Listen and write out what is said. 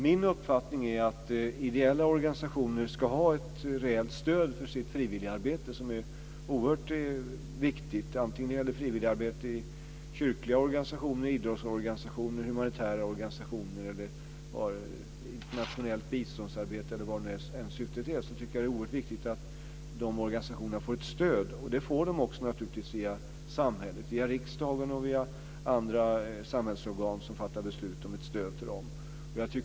Min uppfattning är att ideella organisationer ska ha ett rejält stöd för sitt frivilligarbete, som är oerhört viktigt. Antingen det gäller frivilligarbete i kyrkliga organisationer, idrottsorganisationer, humanitära organisationer, internationellt biståndsarbete eller vad syftet är, är det oerhört viktigt att dessa organisationer får ett stöd. Det får de naturligtvis också via samhället, via riksdagen och via andra samhällsorgan som fattar beslut om stöd till dem.